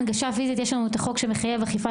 הנגשה פיזית יש לנו את החוק שמחייב אכיפה